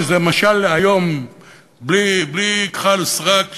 שזה משל להיום בלי כחל ושרק,